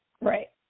right